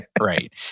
right